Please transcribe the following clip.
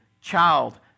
child